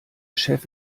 chef